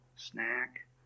snack